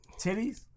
Titties